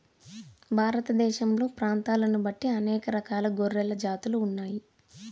భారతదేశంలో ప్రాంతాలను బట్టి అనేక రకాల గొర్రెల జాతులు ఉన్నాయి